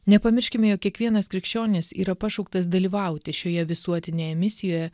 nepamirškime jog kiekvienas krikščionis yra pašauktas dalyvauti šioje visuotinėje misijoje